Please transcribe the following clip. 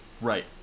Right